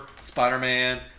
Spider-Man